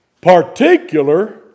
Particular